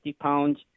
pounds